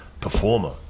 performer